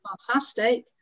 fantastic